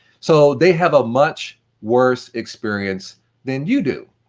so they have a much worse experience than you do.